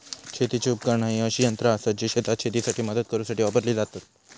शेतीची उपकरणा ही अशी यंत्रा आसत जी शेतात शेतीसाठी मदत करूसाठी वापरली जातत